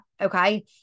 okay